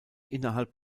innerhalb